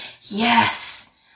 Yes